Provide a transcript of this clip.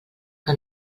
que